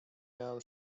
miałam